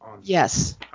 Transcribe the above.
Yes